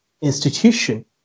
institution